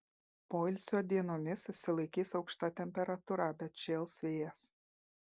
poilsio dienomis išsilaikys aukšta temperatūra bet šėls vėjas